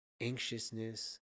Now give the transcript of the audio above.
anxiousness